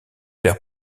père